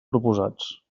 proposats